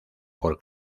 por